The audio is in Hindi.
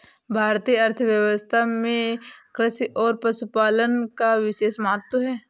भारतीय अर्थव्यवस्था में कृषि और पशुपालन का विशेष महत्त्व है